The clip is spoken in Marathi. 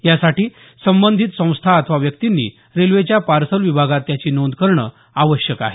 यासाठी संबंधित संस्था अथवा व्यक्तींनी रेल्वेच्या पार्सल विभागात त्याची नोंद करणं आवश्यक आहे